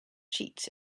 cheats